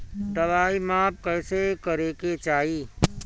दवाई माप कैसे करेके चाही?